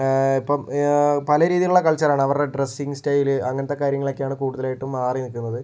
ഇപ്പോൾ പല രീതിയിലുള്ള കൾച്ചർ ആണ് അവരുടെ ഡ്രസ്സിംഗ് സ്റ്റൈൽ അങ്ങനത്തെ കാര്യങ്ങളൊക്കെയാണ് കൂടുതലായിട്ടും മാറി നിൽക്കുന്നത്